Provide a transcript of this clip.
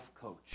coach